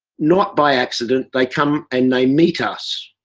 not by accident they come and they meet us.